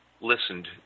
listened